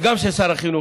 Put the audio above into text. גם של שר החינוך,